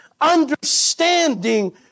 understanding